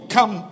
Come